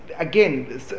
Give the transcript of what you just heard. Again